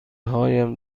هایم